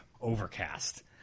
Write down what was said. overcast